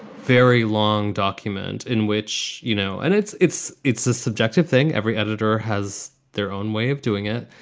very long document in which, you know, and it's it's it's a subjective thing. every editor has their own way of doing it.